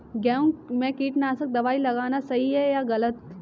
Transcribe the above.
गेहूँ में कीटनाशक दबाई लगाना सही है या गलत?